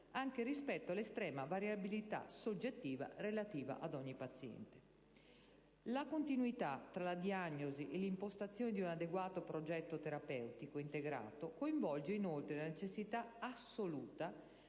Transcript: anche rispetto all'estrema variabilità soggettiva relativa ad ogni paziente. La continuità tra la diagnosi e l'impostazione di un adeguato progetto terapeutico integrato coinvolge inoltre la necessità assoluta